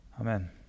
Amen